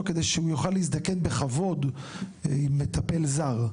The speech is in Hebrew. כדי שהוא יוכל להזדקן בכבוד עם מטפל זר.